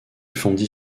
fondit